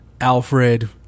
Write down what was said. Alfred